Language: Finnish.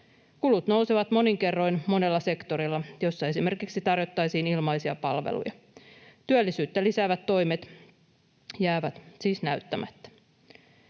Kulut nousevat monin kerroin monella sektorilla, kun esimerkiksi tarjottaisiin ilmaisia palveluja. Työllisyyttä lisäävät toimet jäävät siis näyttämättä.